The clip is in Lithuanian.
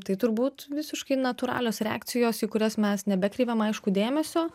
tai turbūt visiškai natūralios reakcijos į kurias mes nebekreipiam aišku dėmesio